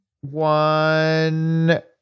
one